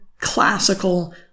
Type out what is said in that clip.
classical